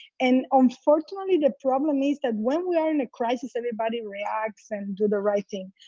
and unfortunately the problem is that when we are in a crisis everybody reacts and do the right thing.